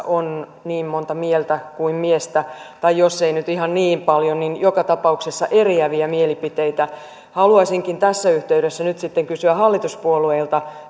on niin monta mieltä kuin miestä tai jos ei nyt ihan niin paljon niin joka tapauksessa eriäviä mielipiteitä haluaisinkin tässä yhteydessä nyt sitten kysyä hallituspuolueilta